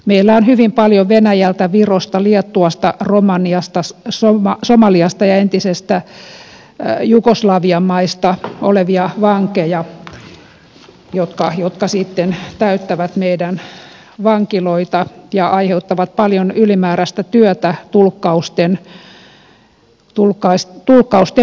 meillä on hyvin paljon venäjältä virosta liettuasta romaniasta somaliasta ja entisistä jugoslavian maista olevia vankeja jotka sitten täyttävät meidän vankiloitamme ja aiheuttavat paljon ylimääräistä työtä tulkkausten muodossa